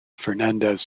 fernandez